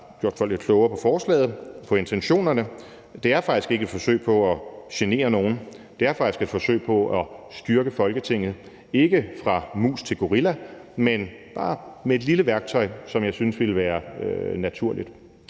her har gjort folk lidt klogere på forslaget, på intentionerne. Det er faktisk ikke et forsøg på at genere nogen; det er faktisk et forsøg på at styrke Folketinget – ikke fra mus til gorilla, men bare med et lille værktøj, som jeg synes ville være naturligt.